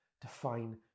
define